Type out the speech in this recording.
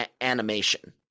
animation